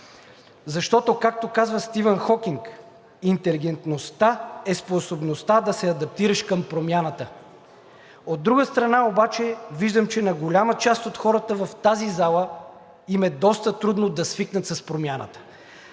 Защото, както казва Стивън Хокинг, интелигентността е способността да се адаптираш към промяната. От друга страна обаче, виждам, че на голяма част от хората в тази зала им е доста трудно да свикнат с промяната.